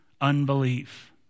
unbelief